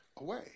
away